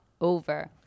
over